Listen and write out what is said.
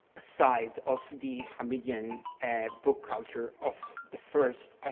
sides of the hamidian book culture of the first, ah